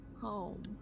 home